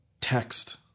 text